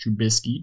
Trubisky